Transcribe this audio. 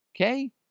Okay